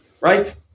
right